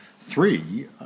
three